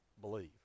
believe